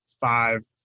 five